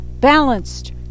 balanced